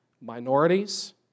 minorities